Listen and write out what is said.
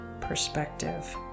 perspective